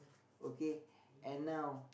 okay and now